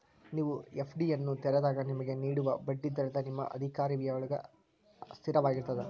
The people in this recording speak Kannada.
ನೇವು ಎ.ಫ್ಡಿಯನ್ನು ತೆರೆದಾಗ ನಿಮಗೆ ನೇಡುವ ಬಡ್ಡಿ ದರವ ನಿಮ್ಮ ಅಧಿಕಾರಾವಧಿಯೊಳ್ಗ ಸ್ಥಿರವಾಗಿರ್ತದ